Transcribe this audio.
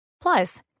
Plus